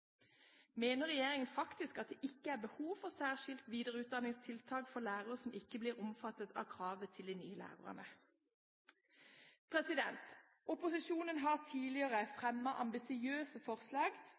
Mener regjeringen at det faktisk ikke er behov for særskilte videreutdanningstiltak for lærere som ikke blir omfattet av kravet til de nye lærerne? Opposisjonen har tidligere